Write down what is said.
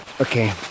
Okay